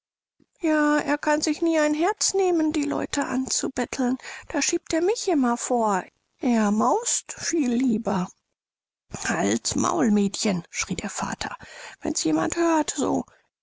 ja er kann sich nie ein herz nehmen die leute anzubetteln da schiebt er mich immer vor er maust viel lieber halts maul mädchen schrie der vater wenns jemand hört so